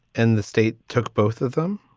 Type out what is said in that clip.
and the state took both of them